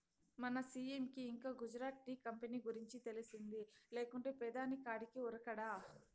మన సీ.ఎం కి ఇంకా గుజరాత్ టీ కంపెనీ గురించి తెలిసింది లేకుంటే పెదాని కాడికి ఉరకడా